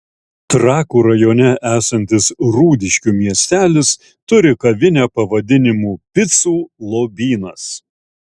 trakų rajone esantis rūdiškių miestelis turi kavinę pavadinimu picų lobynas